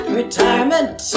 retirement